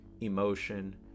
emotion